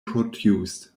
produced